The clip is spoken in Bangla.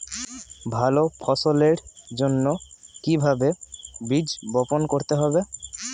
ভালো ফসলের জন্য কিভাবে বীজ বপন করতে হবে?